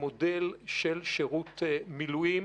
כמודל של שירות מילואים